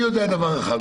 אני יודע דבר אחד.